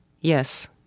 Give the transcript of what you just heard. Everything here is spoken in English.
Yes